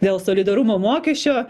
dėl solidarumo mokesčio